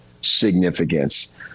significance